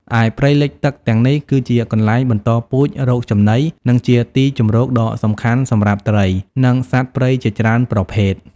ឯព្រៃលិចទឹកទាំងនេះគឺជាកន្លែងបន្តពូជ រកចំណី និងជាទីជម្រកដ៏សំខាន់សម្រាប់ត្រី និងសត្វព្រៃជាច្រើនប្រភេទ។